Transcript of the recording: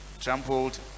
trampled